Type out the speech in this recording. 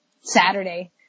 Saturday